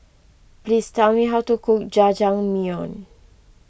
please tell me how to cook Jajangmyeon